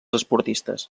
esportistes